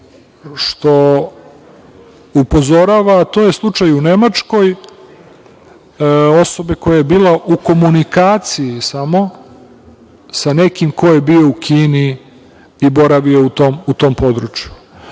što upozorava, to je slučaj u Nemačkoj osobe koja je bila u komunikaciji samo, sa nekim ko je bio u Kini i boravio u tom području. Šta